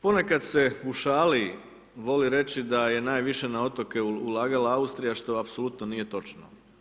Ponekad se u šali voli reći da je najviše na otoke ulagala Austrija što apsolutno nije točno.